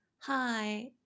hi